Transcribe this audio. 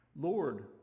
Lord